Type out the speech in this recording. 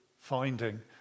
finding